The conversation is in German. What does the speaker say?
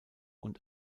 und